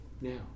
Now